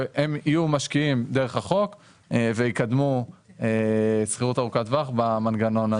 שהם יהיו משקיעים דרך החוק ויקדמו שכירות ארוכת טווח במנגנון הזה.